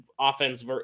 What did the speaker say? offense